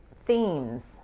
themes